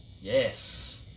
Yes